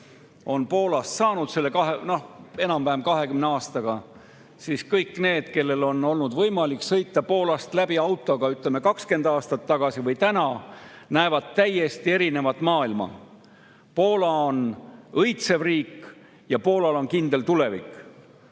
on Poolast saanud nende enam-vähem 20 aastaga, siis kõik need, kellel on olnud võimalik sõita Poolast läbi autoga, ütleme, 20 aastat tagasi ja täna, näevad täiesti erinevat maailma. Poola on õitsev riik. Ja Poolal on kindel tulevik.